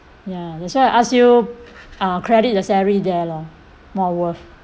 ya that's why I ask you uh credit the salary there lor more worth